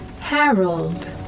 Harold